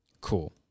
Cool